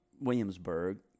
Williamsburg